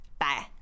bye